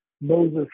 Moses